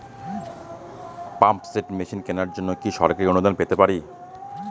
Pump set machine কেনার জন্য কি সরকারি অনুদান পেতে পারি?